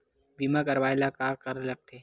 बीमा करवाय ला का का लगथे?